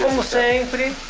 will say but i